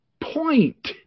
point